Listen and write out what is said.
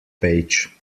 page